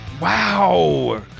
Wow